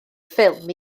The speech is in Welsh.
ffilm